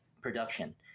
production